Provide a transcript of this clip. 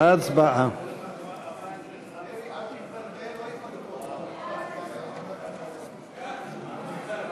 ההצעה להעביר את הצעת חוק-יסוד: הממשלה (תיקון,